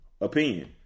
opinion